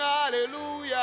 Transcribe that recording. hallelujah